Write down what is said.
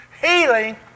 healing